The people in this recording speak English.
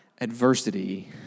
Adversity